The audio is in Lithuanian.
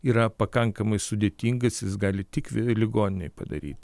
yra pakankamai sudėtingas jis gali tik vėl ligoninėj padaryt